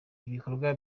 ibikorwa